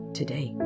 today